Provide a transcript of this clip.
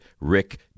Rick